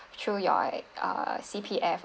through your uh C_P_F